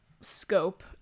scope